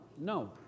no